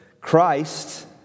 Christ